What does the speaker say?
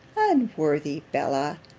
unworthy bella!